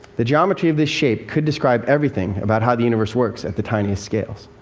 the geometry of this shape could describe everything about how the universe works at the tiniest scales.